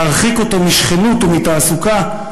להרחיק אותו משכנות ומתעסוקה,